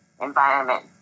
environment